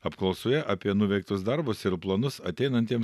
apklausoje apie nuveiktus darbus ir planus ateinantiems